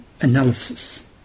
analysis